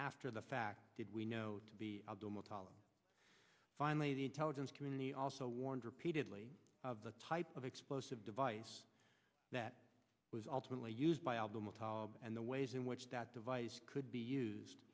after the fact did we know to be more tolerant finally the intelligence community also warned repeatedly of the type of explosive device that was ultimately used by al d'amato and the ways in which that device could be used